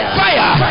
fire